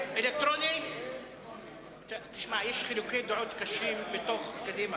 לא נתקבלה.